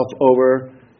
over